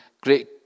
Great